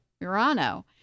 Murano